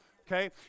Okay